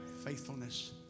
faithfulness